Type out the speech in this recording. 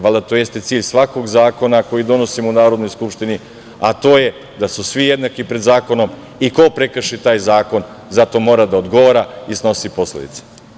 Valjda to jeste cilj svakog zakona koji donosimo u Narodnoj skupštini, a to je da su svi jednaki pred zakonom, a ko prekrši taj zakon za to mora da odgovara i snosi posledice.